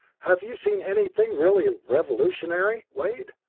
have you seen anything really revolutionary, wade?